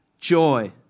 joy